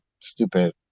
stupid